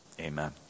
Amen